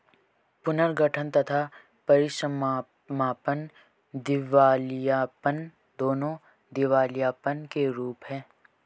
पुनर्गठन तथा परीसमापन दिवालियापन, दोनों दिवालियापन के रूप हैं